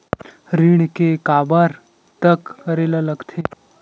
ऋण के काबर तक करेला लगथे?